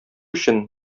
өчен